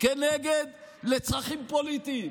לצרכים פוליטיים.